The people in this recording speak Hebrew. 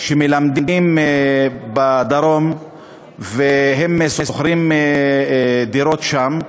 שמלמדים בדרום ושוכרים דירות שם,